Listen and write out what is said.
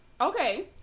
Okay